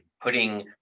putting